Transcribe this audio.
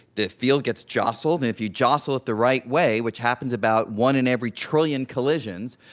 the field gets jostled, and if you jostle it the right way, which happens about one in every trillion collisions,